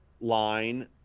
line